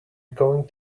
going